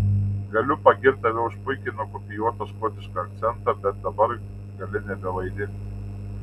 galiu pagirti tave už puikiai nukopijuotą škotišką akcentą bet dabar gali nebevaidinti